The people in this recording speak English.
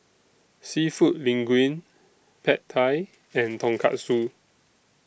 Seafood Linguine Pad Thai and Tonkatsu